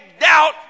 doubt